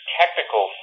technical